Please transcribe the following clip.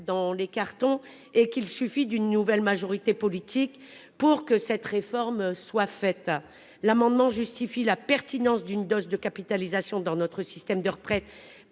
dans les cartons et qu'il suffit d'une nouvelle majorité politique pour que cette réforme soit faite. Les auteurs de l'amendement justifient la pertinence d'une dose de capitalisation dans notre système de retraite